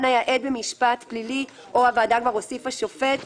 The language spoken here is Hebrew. היה עד במשפט פלילי או הוועדה כבר הוסיפה שופט